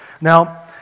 Now